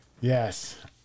yes